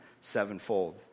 sevenfold